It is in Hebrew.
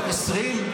20?